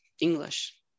English